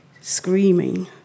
screaming